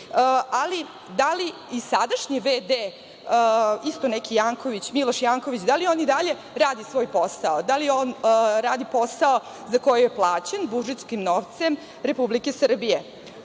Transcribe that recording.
ali da li i sadašnji v.d. isto neki Janković, Miloš Janković, da li on i dalje radi svoj posao? Da li on radi posao za koji je plaćen budžetskim novcem Republike Srbije?